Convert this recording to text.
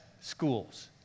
schools